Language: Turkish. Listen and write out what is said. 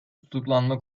tutuklanma